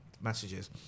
messages